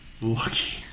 lucky